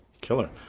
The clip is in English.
killer